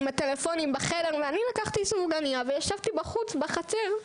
ואני לקחתי סופגנייה וישבתי בחוץ, בחצר,